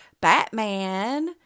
Batman